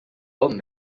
bon